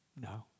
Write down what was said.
No